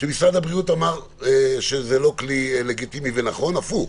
שמשרד הבריאות אמר שזה לא כלי לגיטימי ונכון' הפוך,